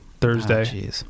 thursday